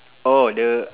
oh the